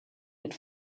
mit